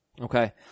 Okay